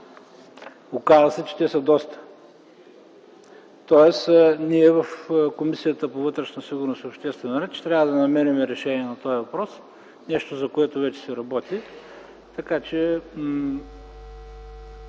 Оказва, че те са доста. Ние в Комисията по вътрешна сигурност и обществен ред ще трябва да намерим решение на този въпрос – нещо, за което вече се работи. Това е